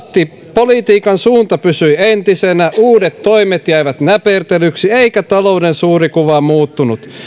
politiikan suunta pysyi entisenä uudet toimet jäivät näpertelyksi eikä talouden suuri kuva muuttunut